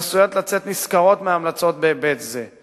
הן עשויות לצאת נשכרות מההמלצות בהיבט זה.